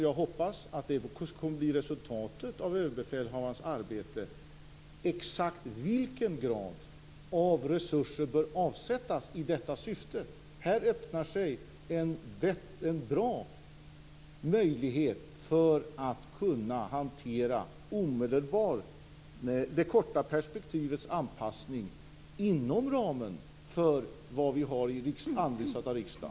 Jag hoppas att resultatet av överbefälhavarens arbete kommer visa exakt vilken rad av resurser som bör avsättas i detta syfte. Här öppnar sig en bra möjlighet att hantera det korta perspektivets anpassning inom ramen för det som riksdagen har anvisat.